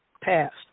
passed